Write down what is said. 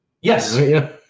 Yes